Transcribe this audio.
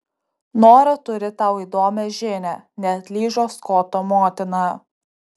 nora turi tau įdomią žinią neatlyžo skoto motina